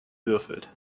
würfelt